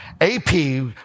AP